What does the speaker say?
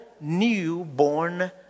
newborn